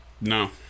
No